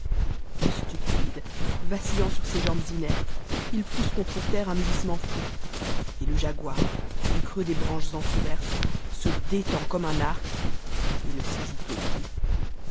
stupide vacillant sur ses jambes inertes h pousse contre terre un mugissement fou et le jaguar du creux des branches entr'ouvertes se détend comme un arc et le saisit au cou